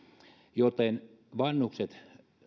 joten vanhukset